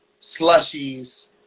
slushies